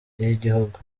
y’igihugu